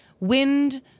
wind